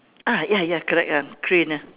ah ya ya correct ah crane ah